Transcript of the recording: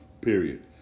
Period